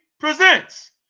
Presents